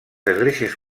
esglésies